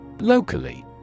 Locally